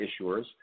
issuers